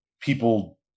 people